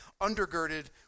undergirded